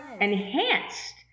enhanced